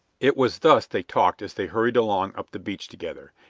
it was thus they talked as they hurried along up the beach together,